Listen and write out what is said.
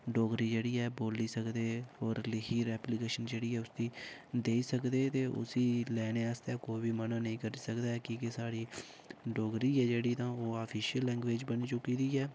डोगरी जेह्ड़ी ऐ बोली सकदे ओर लिखी सकदे ऐप्लीकेशन जेह्ड़ी ऐ उसदी देई सकदे ते उसी लैनें अस कोई बी मना नेई करी सकदा ऐ कि साढ़ी इक डोगरी ऐ जेह्ड़ी तां ओह् ऑफिशल लैंगवेज़ बवी चुकी दी ऐ